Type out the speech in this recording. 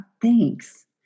Thanks